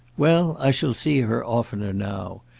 well, i shall see her oftener now.